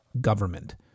government